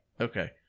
Okay